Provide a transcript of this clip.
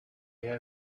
had